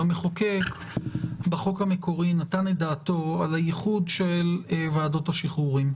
המחוקק בחוק המקורי נתן את דעתו על הייחוד של ועדות השחרורים.